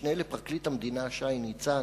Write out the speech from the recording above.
המשנה לפרקליט המדינה שי ניצן,